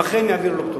הם אכן יעבירו לו כתובת.